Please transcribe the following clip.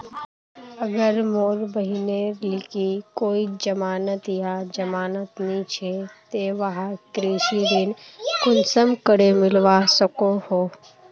अगर मोर बहिनेर लिकी कोई जमानत या जमानत नि छे ते वाहक कृषि ऋण कुंसम करे मिलवा सको हो?